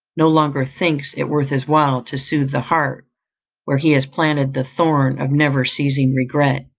no longer thinks it worth his while to sooth the heart where he has planted the thorn of never-ceasing regret.